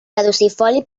caducifoli